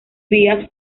vías